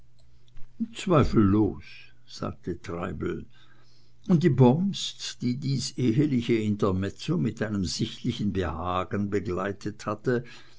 zweifellos sagte treibel und die bomst die dies eheliche intermezzo mit einem sichtlichen behagen begleitet hatte